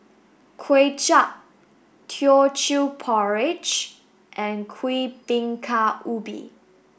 Kuay Chap Teochew Porridge and Kuih Bingka Ubi